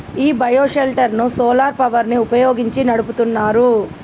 ఈ bio shelter ను solar power ని వుపయోగించి నడుపుతున్నారు